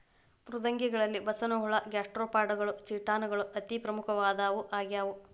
ಮೃದ್ವಂಗಿಗಳಲ್ಲಿ ಬಸವನಹುಳ ಗ್ಯಾಸ್ಟ್ರೋಪಾಡಗಳು ಚಿಟಾನ್ ಗಳು ಅತಿ ಪ್ರಮುಖವಾದವು ಆಗ್ಯಾವ